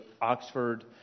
Oxford